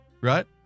right